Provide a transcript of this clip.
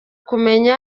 tumenye